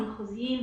המחוזיים,